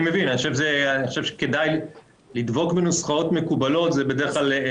אז אני חושב שהנוסח הולך בכיוון הזה.